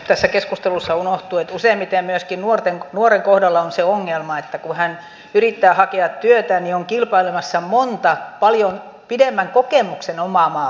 tässä keskustelussa unohtuu että useimmiten myöskin nuoren kohdalla on se ongelma että kun hän yrittää hakea työtä niin on kilpailemassa monta paljon pidemmän kokemuksen omaavaa